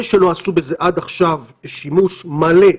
זה שלא עשו בזה עד עכשיו שימוש מלא,